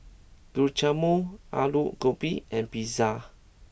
Guacamole Alu Gobi and Pizza